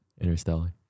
interstellar